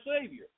Savior